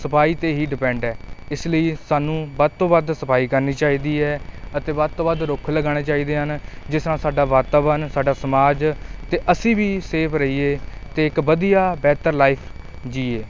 ਸਫਾਈ 'ਤੇ ਹੀ ਡਿਪੈਂਡ ਹੈ ਇਸ ਲਈ ਸਾਨੂੰ ਵੱਧ ਤੋਂ ਵੱਧ ਸਫਾਈ ਕਰਨੀ ਚਾਹੀਦੀ ਹੈ ਅਤੇ ਵੱਧ ਤੋਂ ਵੱਧ ਰੁੱਖ ਲਗਾਉਣੇ ਚਾਹੀਦੇ ਹਨ ਜਿਸ ਨਾਲ ਸਾਡਾ ਵਾਤਾਵਰਨ ਸਾਡਾ ਸਮਾਜ ਅਤੇ ਅਸੀਂ ਵੀ ਸੇਫ ਰਹੀਏ ਅਤੇ ਇੱਕ ਵਧੀਆ ਬਿਹਤਰ ਲਾਈਫ ਜੀਏ